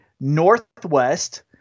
Northwest